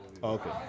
Okay